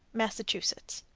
massachusetts.